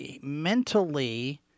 Mentally